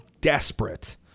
desperate